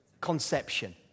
conception